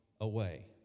away